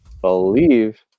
believe